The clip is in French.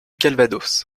calvados